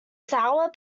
sour